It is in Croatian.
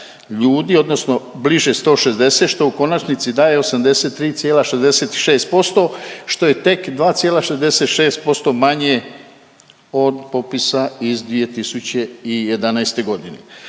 odnosno bliže 160 što u konačnici daje 83,66% što je tek 2,66% manje od popisa iz 2011. godine.